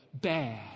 Bad